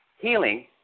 healing